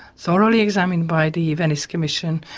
thoroughly examined by the venice commission,